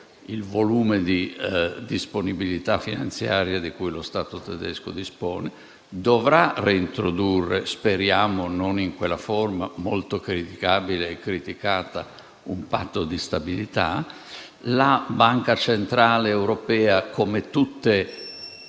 il volume di disponibilità finanziaria dello Stato tedesco. L'Europa dovrà reintrodurre - speriamo non in quella forma molto criticabile e criticata - un Patto di stabilità. La Banca centrale europea, come tutte le